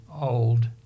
old